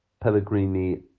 Pellegrini